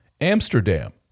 Amsterdam